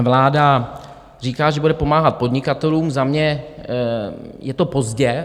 Vláda říká, že bude pomáhat podnikatelům, za mě je to pozdě.